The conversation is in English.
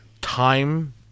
time